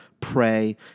pray